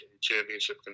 championship